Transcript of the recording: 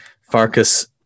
Farkas